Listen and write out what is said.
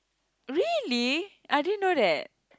really I didn't know that